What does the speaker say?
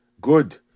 good